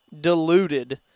diluted